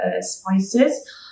spices